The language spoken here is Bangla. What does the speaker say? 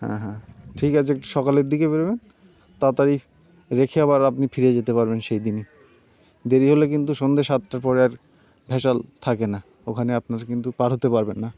হ্যাঁ হ্যাঁ ঠিক আছে একটু সকালের দিকে বেরোবেন তাড়াতাড়ি রেখে আবার আপনি ফিরে যেতে পারবেন সেই দিনই দেরি হলে কিন্তু সন্ধে সাতটার পরে আর ভ্যাসেল থাকে না ওখানে আপনারা কিন্তু পার হতে পারবেন না